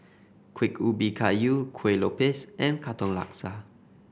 Kuih Ubi Kayu Kueh Lopes and Katong Laksa